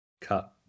Cut